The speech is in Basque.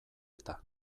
eta